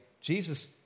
jesus